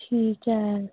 ਠੀਕ ਹੈ